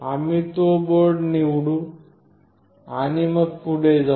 आम्ही तो बोर्ड निवडू आणि मग आपण पुढे जाऊ